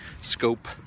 scope